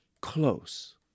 close